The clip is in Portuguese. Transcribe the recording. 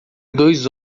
dois